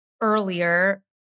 earlier